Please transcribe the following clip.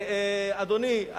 אדוני,